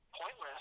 pointless